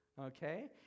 Okay